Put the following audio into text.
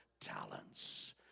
talents